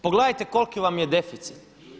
Pogledajte koliki vam je deficit.